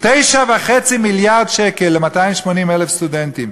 9.5 מיליארד שקל ל-280,000 סטודנטים.